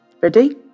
Ready